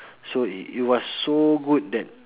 so it was so good that